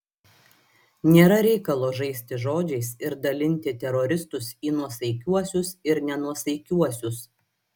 nėra reikalo žaisti žodžiais ir dalinti teroristus į nuosaikiuosius ir nenuosaikiuosius